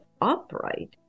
upright